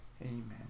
Amen